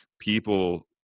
people